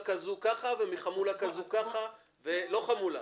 כזאת ככה ומחמולה כזאת אחרת אל חמולה,